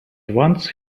once